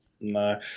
no